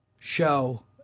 show